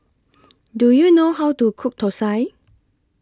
Do YOU know How to Cook Thosai